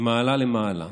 ממעלה למעלה.